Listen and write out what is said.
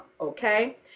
okay